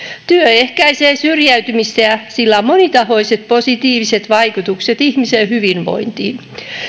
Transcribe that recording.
työ ehkäisee syrjäytymistä ja sillä on monitahoiset positiiviset vaikutukset ihmisen hyvinvointiin